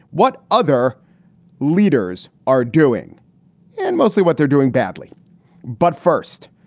what other leaders are doing and mostly what they're doing badly but first,